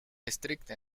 estricta